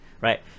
right